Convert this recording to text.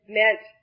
meant